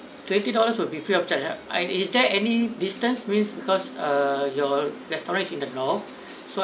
twenty dollars will be free of charge ah I is there any distance means because uh your restaurants in the north so I